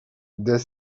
the